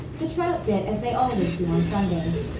the trout bit as they always do on sundays.